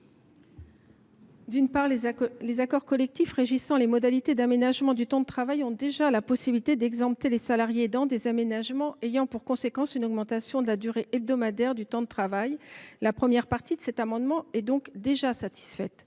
dans les accords collectifs régissant les modalités d’aménagement du temps de travail, il est d’ores et déjà possible d’exempter les salariés aidants des aménagements ayant pour conséquence une augmentation de la durée hebdomadaire du temps du travail. La première partie de cet amendement est donc déjà satisfaite.